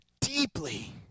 deeply